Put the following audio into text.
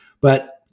but-